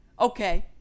okay